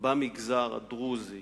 במגזר הדרוזי